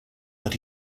but